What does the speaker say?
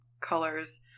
colors